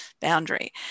boundary